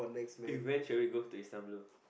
eh when should we go to Istanbul